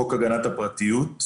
של חוק הגנת הפרטיות,